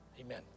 Amen